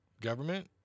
government